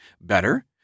Better